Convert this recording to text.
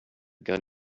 gun